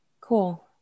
Cool